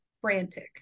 frantic